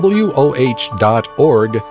woh.org